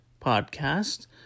Podcast